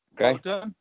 Okay